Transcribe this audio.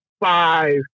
five